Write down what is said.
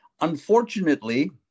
unfortunately